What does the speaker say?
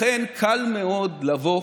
לכן, קל מאוד לבוא